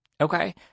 Okay